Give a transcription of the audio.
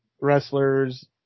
wrestlers